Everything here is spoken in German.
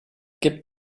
gib